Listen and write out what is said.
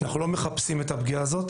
אנחנו לא מחפשים את הפגיעה הזאת